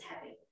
heavy